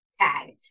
tag